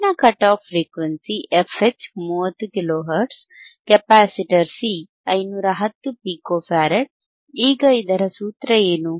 ಹೆಚ್ಚಿನ cut off frequency fH 30 kilo hertz capacitor C 510 pico farad ಈಗ ಇದರ ಸೂತ್ರ ಏನು